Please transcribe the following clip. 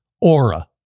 Aura